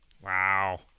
Wow